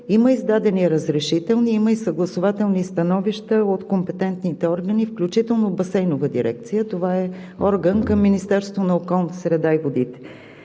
има издадени разрешителни, има и съгласувателни становища от компетентните органи, включително от Басейнова дирекция – това е орган към Министерството на околната среда и водите.